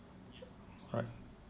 alright